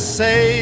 say